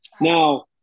Now